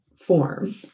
form